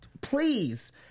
please